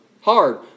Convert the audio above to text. hard